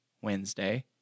Wednesday